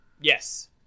Yes